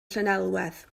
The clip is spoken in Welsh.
llanelwedd